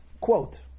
Quote